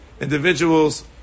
individuals